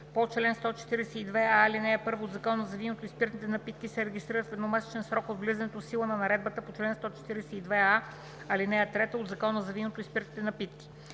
по чл. 142а, ал. 1 от Закона за виното и спиртните напитки се регистрират в едномесечен срок от влизането в сила на наредбата по чл. 142а, ал. 3 от Закона за виното и спиртните напитки.